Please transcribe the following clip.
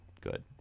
good